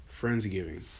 friendsgiving